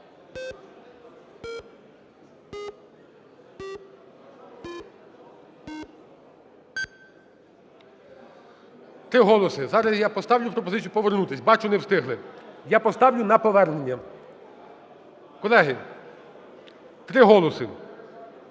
Три голоси. Зараз я поставлю пропозицію повернутися, бачу, не встигли. Я поставлю на повернення. Колеги, три голоси.